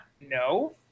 no